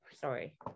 sorry